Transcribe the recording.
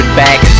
back